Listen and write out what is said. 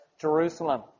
Jerusalem